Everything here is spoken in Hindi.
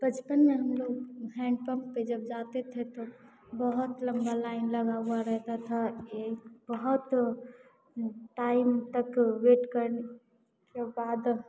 बचपन में हम लोग हैण्ड पम्प पर जब जाते थे तो बहुत लम्बा लाईन लगा हुआ रहता था यह बहुत टाइम तक वेट करने के बाद